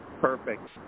Perfect